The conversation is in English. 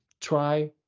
try